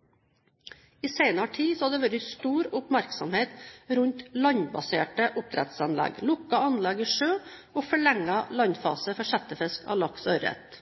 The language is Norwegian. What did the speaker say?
i oppdrettsbransjen. I senere tid har det vært stor oppmerksomhet rundt landbaserte oppdrettsanlegg, lukkede anlegg i sjø og forlenget landfase for settefisk av laks og ørret.